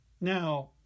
Now